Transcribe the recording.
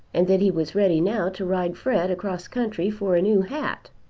and that he was ready now to ride fred across country for a new hat.